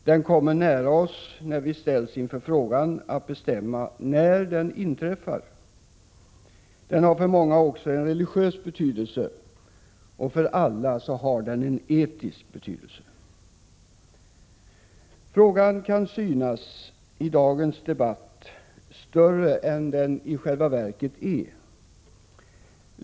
Den kommer nära oss när vi ställs inför frågan att bestämma när den inträffar. Den har för många också en religiös betydelse. För alla har den en etisk. Frågan kan synas, i dagens debatt, större än den i själva verket är.